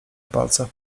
palcach